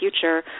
future